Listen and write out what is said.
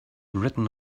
written